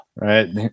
right